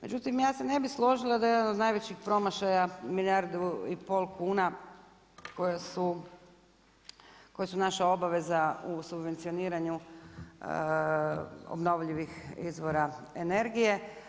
Međutim ja se ne bi složila da je jedan od najvećih promašaja milijardu i pol kuna koje su naša obaveza u subvencioniranju obnovljivih izvora energije.